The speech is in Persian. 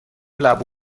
لبو